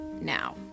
now